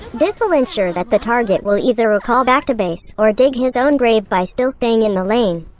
this will ensure that the target will either recall back to base, or dig his own grave by still staying in the lane.